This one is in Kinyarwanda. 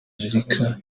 amerika